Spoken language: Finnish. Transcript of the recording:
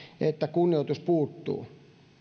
että kunnioitus puuttuu